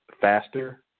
faster